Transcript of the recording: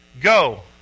go